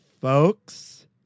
folks